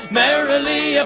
merrily